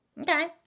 okay